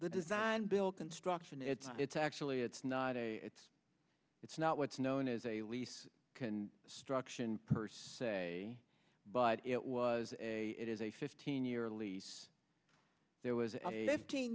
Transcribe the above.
the design build construction it's it's actually it's not a it's it's not what's known as a lease can struction per se but it was a it is a fifteen year lease there was a fifteen